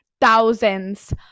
thousands